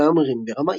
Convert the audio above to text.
מהמרים ורמאים".